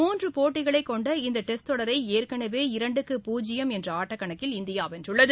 மூன்று போட்டிகளைக் கொண்ட இந்த டெஸ்ட் தொடரை ஏற்களவே இரண்டுக்கு பூஜ்யம் என்ற ஆட்டக்கணக்கில் இந்தியா வென்றுள்ளது